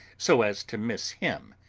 so as to miss him,